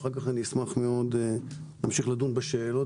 ואחר כך אשמח מאוד להמשיך לדון בשאלות